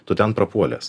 tu ten prapuolęs